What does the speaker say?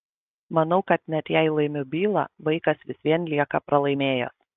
manau kad net jei laimiu bylą vaikas vis vien lieka pralaimėjęs